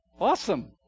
Awesome